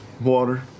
water